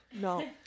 No